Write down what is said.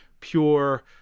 pure